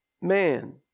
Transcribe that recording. man